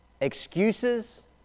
excuses